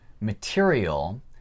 material